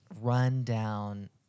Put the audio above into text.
run-down